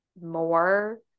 more